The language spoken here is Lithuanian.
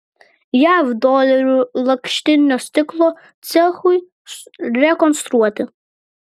jav dolerių lakštinio stiklo cechui rekonstruoti